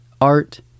art